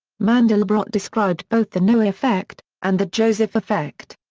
mandelbrot described both the noah effect and the joseph effect.